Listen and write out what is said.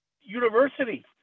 university